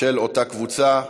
של אותה קבוצה.